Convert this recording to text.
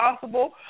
possible